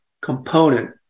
component